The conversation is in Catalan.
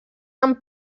amb